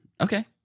Okay